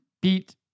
Beat